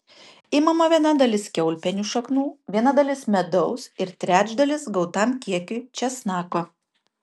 imama viena dalis kiaulpienių šaknų viena dalis medaus ir trečdalis gautam kiekiui česnako